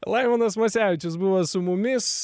laimonas masevičius buvo su mumis